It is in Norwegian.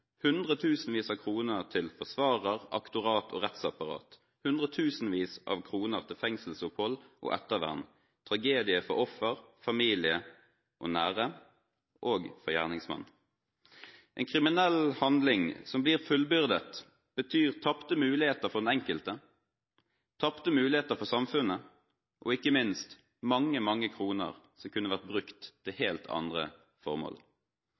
hundretusenvis av kroner til forsvarer, aktorat og rettsapparat, hundretusenvis av kroner til fengselsopphold og ettervern, tragedie for offer, familie og nære – og for gjerningsmannen. En kriminell handling som blir fullbyrdet, betyr tapte muligheter for den enkelte, tapte muligheter for samfunnet og ikke minst mange, mange kroner som kunne vært brukt til helt andre formål.